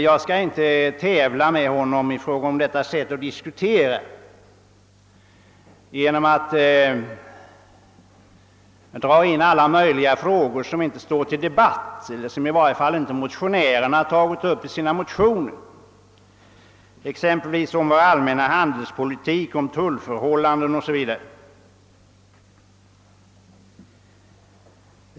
Jag skall inte tävla med honom i fråga om detta sätt att diskutera genom att dra in alla möjliga frågor, som inte just nu står under debatt eller som motionärarna inte har tagit upp i sina motioner, exempelvis vår allmänna handelspolitik, tullförhållanden o. s. v.